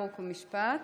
חוק ומשפט.